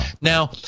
now